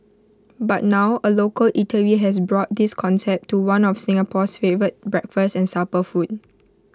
but now A local eatery has brought this concept to one of Singapore's favourite breakfast and supper food